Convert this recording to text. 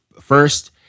First